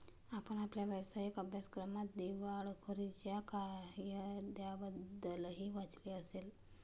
आपण आपल्या व्यावसायिक अभ्यासक्रमात दिवाळखोरीच्या कायद्याबद्दलही वाचले असेल